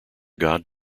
god